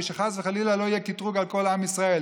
שחס וחלילה לא יהיה קטרוג על כל עם ישראל.